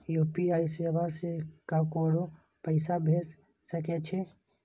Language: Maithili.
यू.पी.आई सेवा से ककरो पैसा भेज सके छी?